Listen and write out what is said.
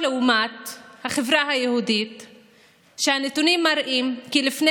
לא היינו מגיעים למצב